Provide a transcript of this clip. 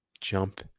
jump